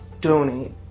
donate